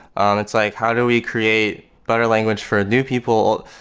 ah and it's like, how do we create better language for new people,